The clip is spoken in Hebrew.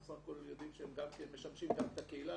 אנחנו סך הכול יודעים שהם משמשים גם את הקהילה,